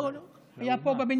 לא, הוא היה פה בבניין.